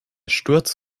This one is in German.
sturz